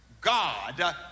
God